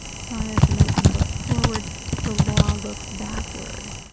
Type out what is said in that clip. science and medicine look forward the law looks backward.